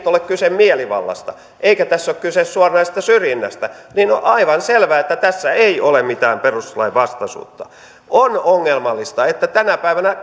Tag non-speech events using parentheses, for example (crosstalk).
(unintelligible) ole kyse mielivallasta eikä tässä ole kyse suoranaisesta syrjinnästä niin on aivan selvää että tässä ei ole mitään perustuslainvastaisuutta on ongelmallista että tänä päivänä (unintelligible)